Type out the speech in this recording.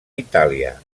itàlia